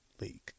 league